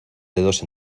dedos